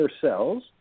cells